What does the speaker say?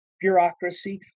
bureaucracy